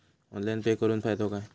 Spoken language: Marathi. ऑनलाइन पे करुन फायदो काय?